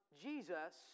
Jesus